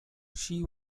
she